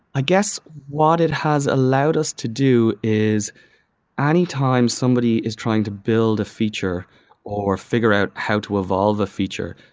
i guess what it has allowed us to do is ah any time somebody is trying to build a feature or figure out how to evolve a feature,